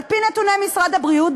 על-פי נתוני משרד הבריאות,